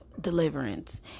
deliverance